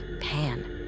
pan